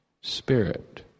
Spirit